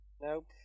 Nope